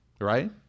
right